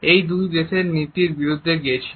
এটি দুটি দেশের নীতির বিরুদ্ধে গিয়েছিল